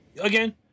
Again